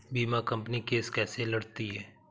बीमा company case कैसे लड़ती है?